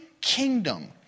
kingdom